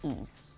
ease